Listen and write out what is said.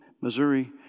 Missouri